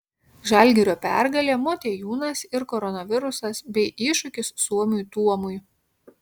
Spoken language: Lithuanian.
žalgirio pergalė motiejūnas ir koronavirusas bei iššūkis suomiui tuomui